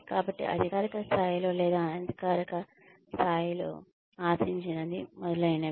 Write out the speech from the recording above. కాబట్టి అధికారిక స్థాయిలో లేదా అనధికారిక స్థాయిలో ఆశించినది మొదలైనవి